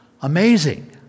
Amazing